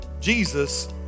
Jesus